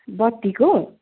बत्तीको